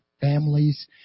families